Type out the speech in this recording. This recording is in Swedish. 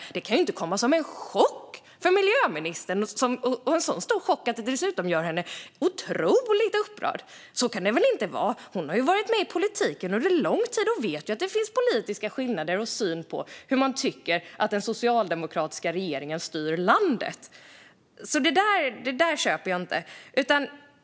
Det kan inte komma som en sådan stor chock för miljöministern att det dessutom gör henne otroligt upprörd. Så kan det inte vara. Hon har ju varit med i politiken under lång tid och vet att det finns skillnader i politiken och i synen på hur man tycker att den socialdemokratiska regeringen styr landet. Det köper jag alltså inte.